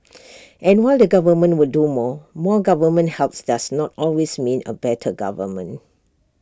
and while the government will do more more government help does not always mean A better government